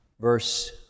Verse